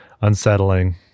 unsettling